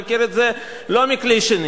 הוא מכיר את זה לא מכלי שני.